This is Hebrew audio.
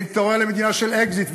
נתעורר למדינה של אקזיט.